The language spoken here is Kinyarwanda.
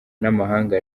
n’amahanga